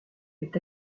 est